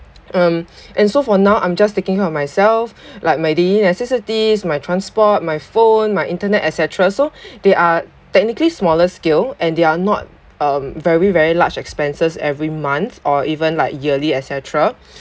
um and so for now I'm just taking care of myself like my daily necessities my transport my phone my internet et cetera so they are technically smaller scale and they are not um very very large expenses every month or even like yearly et cetera